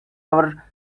our